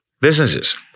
businesses